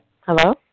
Hello